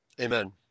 Amen